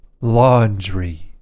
Laundry